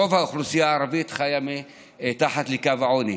רוב האוכלוסייה הערבית חיה מתחת לקו העוני,